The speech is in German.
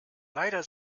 leider